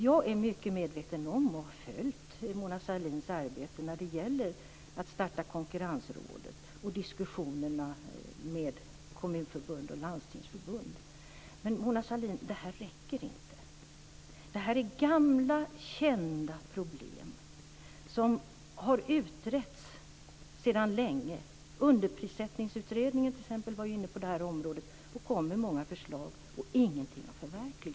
Jag är mycket medveten om och har följt Mona Sahlins arbete när det gäller att starta Konkurrensrådet och diskussionerna med Kommunförbundet och Landstingsförbundet. Men det räcker inte! Det här är gamla kända problem, som har utretts sedan länge. Underprissättningsutredningen var t.ex. inne på det här området och kom med många förslag, och ingenting har förverkligats.